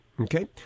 Okay